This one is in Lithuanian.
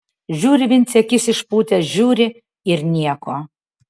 žiūri vincė akis išpūtęs žiūri ir nieko